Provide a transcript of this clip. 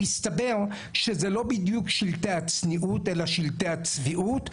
מסתבר שזה לא בדיוק שלטי הצניעות אלא שלטי הצביעות,